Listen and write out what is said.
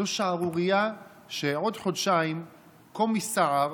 זו שערורייה שעוד חודשיים קומיסער